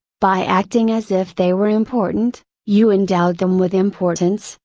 by acting as if they were important, you endowed them with importance,